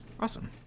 Awesome